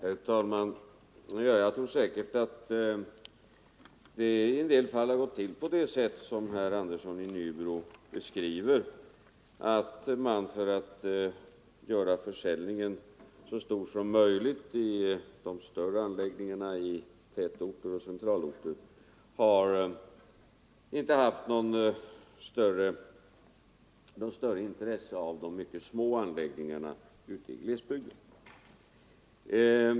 Herr talman! Jag tror säkert att det i en del fall har gått till på det sätt som herr Andersson i Nybro beskriver: att man, för att göra försäljningen så omfattande som möjligt i de större anläggningarna i tätorter och centralorter, inte har haft något mer påtagligt intresse av de mycket små anläggningarna ute i glesbygden.